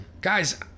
Guys